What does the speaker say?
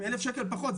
עם 1,000 שקל פחות.